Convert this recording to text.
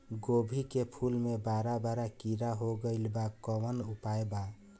गोभी के फूल मे बड़ा बड़ा कीड़ा हो गइलबा कवन उपाय बा?